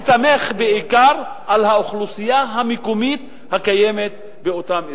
ולהסתמך בעיקר על האוכלוסייה המקומית הקיימת באותם אזורים.